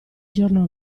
giorno